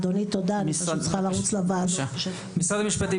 משרד המשפטים,